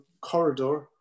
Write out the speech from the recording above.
corridor